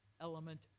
element